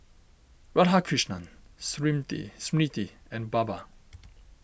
Radhakrishnan Smriti and Baba